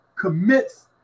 commits